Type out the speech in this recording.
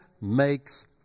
makes